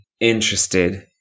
interested